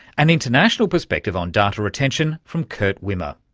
an international perspective on data retention from kurt wimmer.